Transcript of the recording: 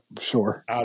sure